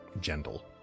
gentle